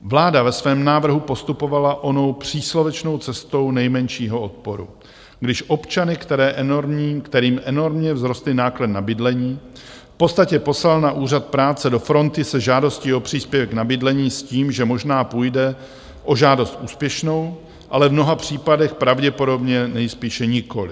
Vláda ve svém návrhu postupovala onou příslovečnou cestou nejmenšího odporu, když občany, kterým enormně vzrostly náklady na bydlení, v podstatě poslala na úřad práce do fronty se žádostí o příspěvek na bydlení s tím, že možná půjde o žádost úspěšnou, ale v mnoha případech pravděpodobně nejspíš nikoli.